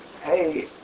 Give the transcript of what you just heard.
hey